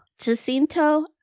jacinto